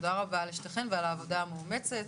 תודה רבה לשתיכן על העבודה המאומצת.